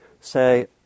say